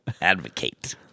Advocate